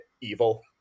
evil